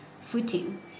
footing